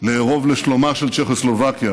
לערוב לשלומה של צ'כוסלובקיה